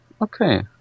Okay